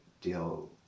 deal